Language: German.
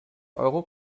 euro